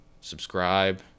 subscribe